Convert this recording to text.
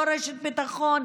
לא רשת ביטחון,